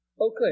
Okay